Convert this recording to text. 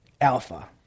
Alpha